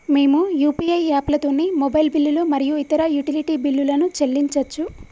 మేము యూ.పీ.ఐ యాప్లతోని మొబైల్ బిల్లులు మరియు ఇతర యుటిలిటీ బిల్లులను చెల్లించచ్చు